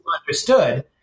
understood